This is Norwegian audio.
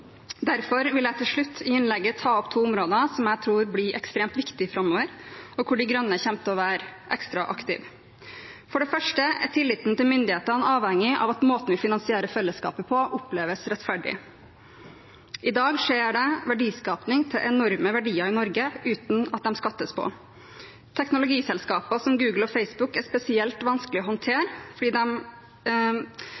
Derfor vil jeg til slutt i innlegget ta opp to områder som jeg tror blir ekstremt viktige framover, og hvor De Grønne kommer til å være ekstra aktive: For det første er tilliten til myndighetene avhengig av at måten vi finansierer fellesskapet på, oppleves rettferdig. I dag skjer det verdiskaping til enorme verdier i Norge uten at de skattlegges. Teknologiselskaper som Google og Facebook er spesielt vanskelig å